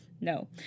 No